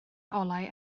olau